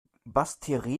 basseterre